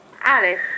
Alice